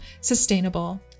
sustainable